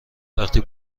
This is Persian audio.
وقتی